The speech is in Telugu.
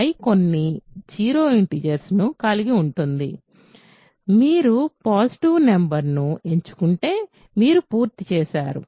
I కొన్ని నాన్ జీరో ఇంటిజర్స్ ను కలిగి ఉంటుంది మీరు పాజిటివ్ నెంబర్ ను ఎంచుకుంటే మీరు పూర్తి చేసారు